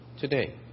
today